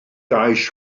gais